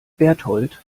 bertold